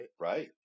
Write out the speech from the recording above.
Right